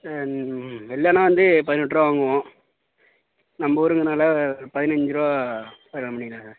வெளிலன்னா வந்து பதினெட்டு ரூபா வாங்குவோம் நம்பூருங்கிறதுனால பதினஞ்சு ரூபா அதுதான் பண்ணிக்கலாங்க